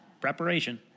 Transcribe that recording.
Preparation